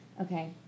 okay